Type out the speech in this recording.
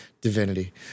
Divinity